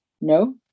no